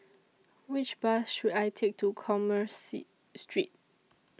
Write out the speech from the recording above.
Which Bus should I Take to Commerce Street